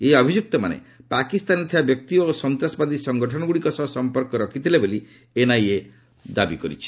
ଏହି ଅଭିଯୁକ୍ତମାନେ ପାକିସ୍ତାନରେ ଥିବା ବ୍ୟକ୍ତି ଓ ସନ୍ତାସବାଦୀ ସଂଗଠନଗୁଡ଼ିକ ସହ ସମ୍ପର୍କ ରଖିଥିଲେ ବୋଲି ଏନଆଇଏ ଦାବି କରିଛି